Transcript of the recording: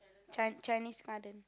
try Chinese-Garden